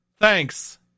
Thanks